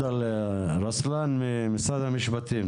בבקשה, רוסלן אוסמן ממשרד המשפטים.